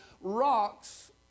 rocks